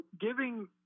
giving